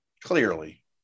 Clearly